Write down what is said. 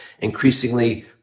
increasingly